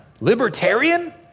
Libertarian